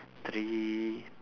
three